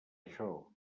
això